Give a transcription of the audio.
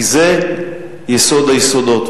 כי זה יסוד היסודות.